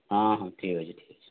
ହଁ ହଁ ଠିକ୍ ଅଛେ ଠିକ୍ ଅଛେ